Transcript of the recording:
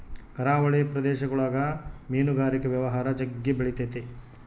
ಕರಾವಳಿ ಪ್ರದೇಶಗುಳಗ ಮೀನುಗಾರಿಕೆ ವ್ಯವಹಾರ ಜಗ್ಗಿ ಬೆಳಿತತೆ